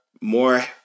more